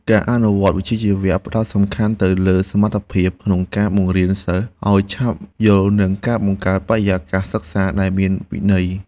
ការអនុវត្តវិជ្ជាជីវៈផ្តោតសំខាន់ទៅលើសមត្ថភាពក្នុងការបង្រៀនសិស្សឱ្យឆាប់យល់និងការបង្កើតបរិយាកាសសិក្សាដែលមានវិន័យ។